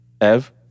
Ev